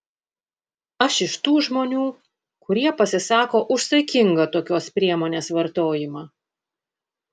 aš iš tų žmonių kurie pasisako už saikingą tokios priemonės vartojimą